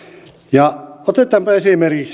ja otetaanpa esimerkiksi